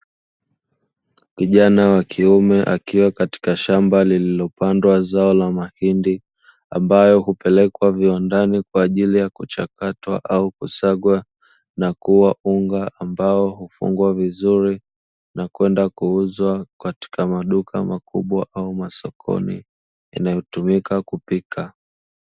Kijana wa kiume akiwa katika shamba lililopandwa zao la mahindi, ambayo hupelekwa viwandani kwa ajili ya kuchakatwa au kusagwa na kuwa unga ambao hufungwa vizuri na kwenda kuuzwa katika maduka makubwa au masokoni, yanayotumika kupikwa.